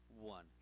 one